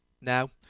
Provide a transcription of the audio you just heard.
now